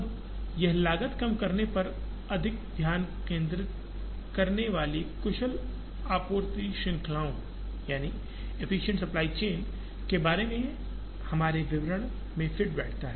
अब यह लागत कम करने पर अधिक ध्यान केंद्रित करने वाली कुशल आपूर्ति श्रृंखलाओं एफ्फिसिएंट सप्लाई चेन के हमारे विवरण में फिट बैठता है